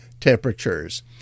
temperatures